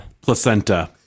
placenta